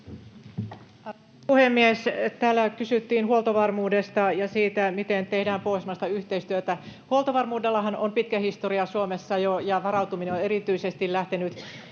puhemies! Täällä kysyttiin huoltovarmuudesta ja siitä, miten tehdään pohjoismaista yhteistyötä: Huoltovarmuudellahan on Suomessa jo pitkä historia, ja varautuminen on erityisesti lähtenyt